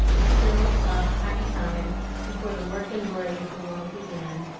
a still, soft, happy time before the work and worry of the world began,